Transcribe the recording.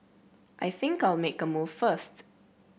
I think I'll make a move first